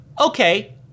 okay